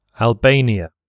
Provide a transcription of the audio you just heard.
Albania